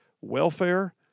welfare